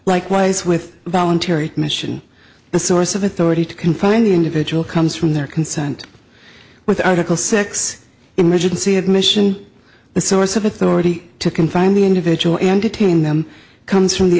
likewise with voluntary mission the source of authority to confine the individual comes from their consent with article six emergency admission the source of authority to confine the individual and detain them comes from the